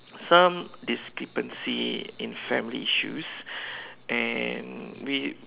some discrepancy in family issues and we